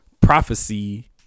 prophecy